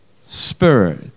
Spirit